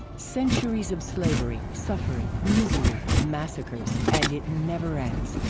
centuries of slavery, suffering, misery, massacres and it never ends!